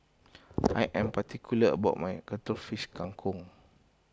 I am particular about my Cuttlefish Kang Kong